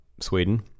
sweden